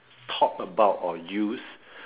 talk about or use